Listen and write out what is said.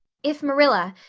if marilla,